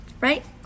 right